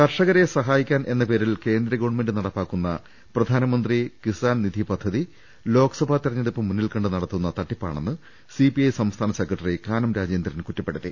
കർഷകരെ സഹായിക്കാനെന്ന പേരിൽ കേന്ദ്ര ഗവൺമെന്റ് നട പ്പാക്കുന്ന പ്രധാനമന്ത്രി കിസാൻ പദ്ധതി ലോക്സഭാ തിരഞ്ഞെടുപ്പ് മുന്നിൽ കണ്ട് നടത്തുന്ന തട്ടിപ്പാണെന്ന് സിപിഐ സംസ്ഥാന സെക്ര ട്ടറി കാനം രാജേന്ദ്രൻ കുറ്റപ്പെടുത്തി